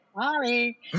Sorry